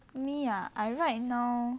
me ah I right now